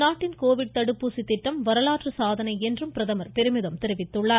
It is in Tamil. நம் நாட்டின் கோவிட் தடுப்பூசி திட்டம் வரலாற்று சாதனை என்றும் பிரதமர் பெருமிதம் தெரிவித்துள்ளார்